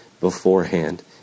beforehand